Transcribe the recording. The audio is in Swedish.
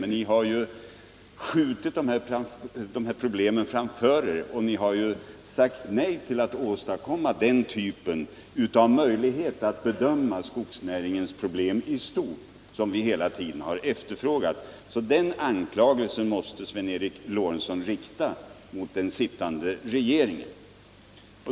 Men ni har skjutit de här problemen framför er och sagt nej till att ningsmedel över åstadkomma den typ av möjlighet att bedöma skogsnäringens problem istort — skogsmark som vi hela tiden efterfrågat. Den anklagelsen måste alltså Sven Eric Lorentzon rikta mot den sittande regeringen.